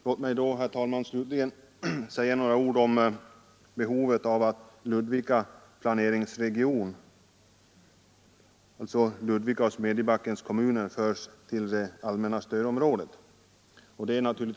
Låt mig slutligen, herr talman, säga några ord om behovet av att Ludvika planeringsregion, dvs. Ludvika och Smedjebackens kommuner, förs till det allmänna stödområdet.